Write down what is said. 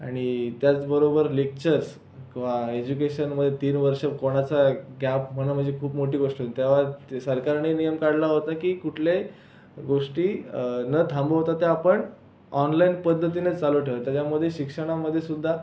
आणि त्याचबरोबर लेक्चर्स किंवा एज्युकेशनमध्ये तीन वर्ष कोणाचा गॅप होणं म्हणजे खूप मोठी गोष्ट होती तेव्हा ते सरकारने नियम काढला होता की कुठल्याही गोष्टी न थांबवता त्या आपण ऑनलाइन पद्धतीने चालू ठेवा त्याच्यामध्ये शिक्षणामध्ये सुद्धा